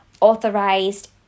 authorized